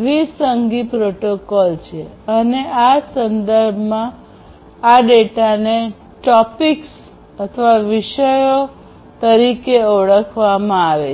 દ્વિસંગી પ્રોટોકોલ છે અને આ સંદર્ભમાં આ ડેટાને "ટોપિક્સ" વિષયો તરીકે ઓળખવામાં આવે છે